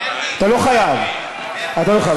אתה לא חייב, אתה לא חייב.